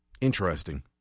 Interesting